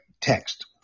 text